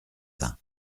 tain